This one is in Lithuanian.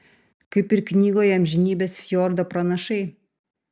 kaip ir knygoje amžinybės fjordo pranašai